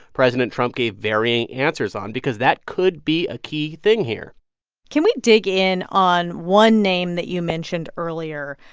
president trump gave varying answers on because that could be a key thing here can we dig in on one name that you mentioned earlier?